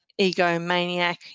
egomaniac